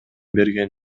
берген